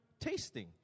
tasting